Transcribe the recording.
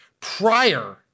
prior